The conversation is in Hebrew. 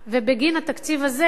ובגין התקציב הזה,